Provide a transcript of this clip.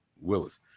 Willis